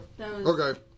Okay